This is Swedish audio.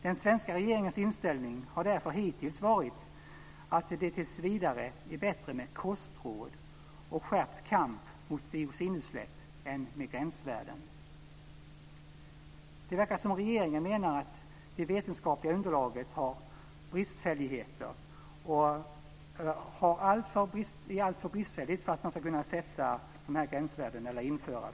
Den svenska regeringens inställning har därför hittills varit att det tills vidare är bättre med kostråd och skärpt kamp mot dioxinutsläpp än med gränsvärden. Det verkar som att regeringen menar att det vetenskapliga underlaget är alltför bristfälligt för att man ska kunna införa gränsvärden. Fru talman!